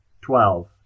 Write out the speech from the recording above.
twelve